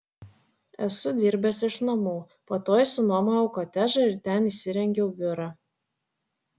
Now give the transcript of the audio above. esu dirbęs iš namų po to išsinuomojau kotedžą ir ten įsirengiau biurą